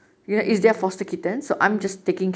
mm mm